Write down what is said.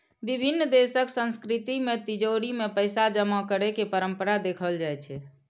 विभिन्न देशक संस्कृति मे तिजौरी मे पैसा जमा करै के परंपरा देखल जाइ छै